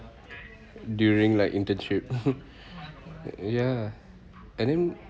during like internship mmhmm ya and then